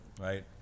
right